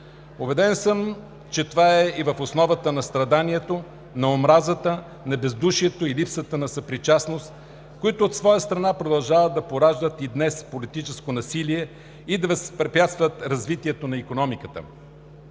Убеден съм, че това е и в основата на страданието, на омразата, на бездушието и липсата на съпричастност, които от своя страна и днес продължават да пораждат политическо насилие и да възпрепятстват развитието на икономиката.